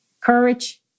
courage